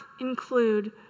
include